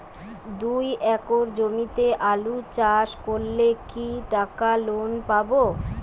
দুই একর জমিতে আলু চাষ করলে কি টাকা লোন পাবো?